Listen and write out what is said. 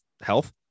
health